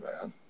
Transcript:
man